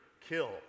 kill